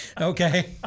Okay